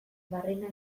barrena